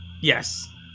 Yes